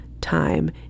time